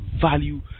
value